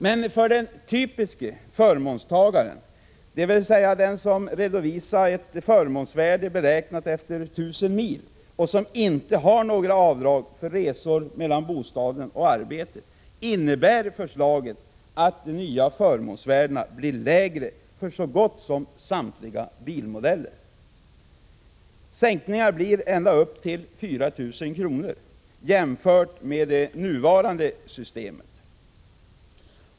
Men för den typiske förmånstagaren, dvs. den som redovisar ett förmånsvärde beräknat efter 1000 mil och som inte har några avdrag för resor mellan bostaden och arbetet, innebär förslaget att de nya förmånsvärdena blir lägre för så gott som samtliga bilmodeller. Sänkningarna blir ända upp till 4 000 kr. jämfört med det nuvarande systemet.